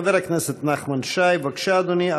חבר הכנסת נחמן שי, בבקשה, אדוני.